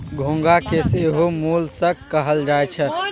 घोंघा के सेहो मोलस्क कहल जाई छै